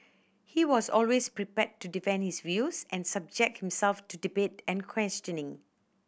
he was always prepared to defend his views and subject himself to debate and questioning